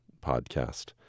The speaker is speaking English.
podcast